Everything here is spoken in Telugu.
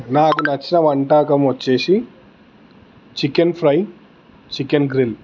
నాకు నచ్చిన వంటకం వచ్చేసి చికెన్ ఫ్రై చికెన్ గ్రిల్